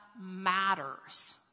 matters